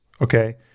Okay